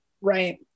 Right